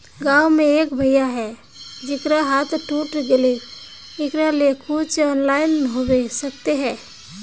गाँव में एक भैया है जेकरा हाथ टूट गले एकरा ले कुछ ऑनलाइन होबे सकते है?